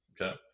okay